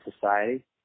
society